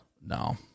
No